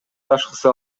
башкысы